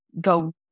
go